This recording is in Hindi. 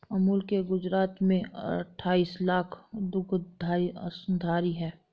अमूल के गुजरात में अठाईस लाख दुग्धधारी अंशधारी है